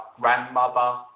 Grandmother